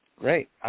Great